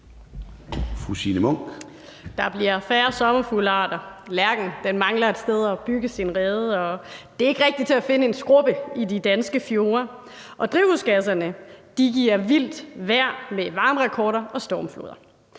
Der bliver færre sommerfuglearter, lærken mangler et sted at bygge sin rede, og det er ikke rigtig til at finde en skrubbe i de danske fjorde. Og drivhusgasserne giver vildt vejr med varmerekorder og stormfloder.